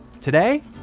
Today